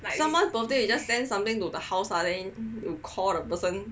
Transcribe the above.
someone's birthday then you just send something to the house lah then you call the person